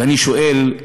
ואני שואל,